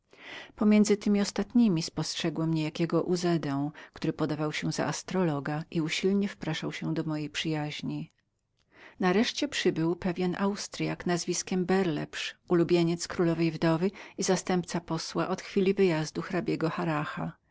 pomiędzy temi ostatniemi spostrzegłem niejakiego uzedę który udawał się za astrologa i usilnie wpraszał do mojej przyjaźni nareszcie przybył pewien austryak nazwiskiem berleps ulubieniec królowej dożywotniczki i zastępca posła od chwili wyjazdu